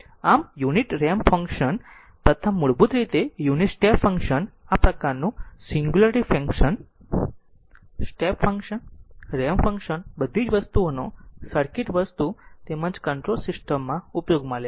આમ unit step function પ્રથમ મૂળભૂત રીતે યુનિટ સ્ટેપ ફંક્શન આ પ્રકારનું singularity function step function ramp function બધી જ વસ્તુઓનો સર્કિટ વસ્તુ તેમજ કંટ્રોલ સિસ્ટમમાં ઉપયોગમાં લેશે